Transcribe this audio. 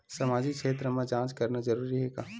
सामाजिक क्षेत्र म जांच करना जरूरी हे का?